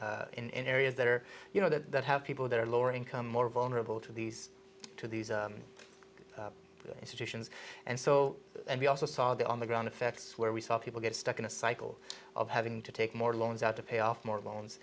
town in areas that are you know that have people that are lower income more vulnerable to these to these institutions and so we also saw that on the ground effects where we saw people get stuck in a cycle of having to take more loans out to pay off more loans